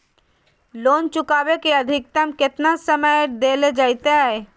Loan चुकाबे के अधिकतम केतना समय डेल जयते?